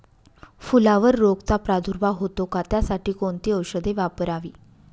फुलावर रोगचा प्रादुर्भाव होतो का? त्यासाठी कोणती औषधे वापरावी?